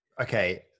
Okay